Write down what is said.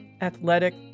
athletic